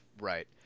right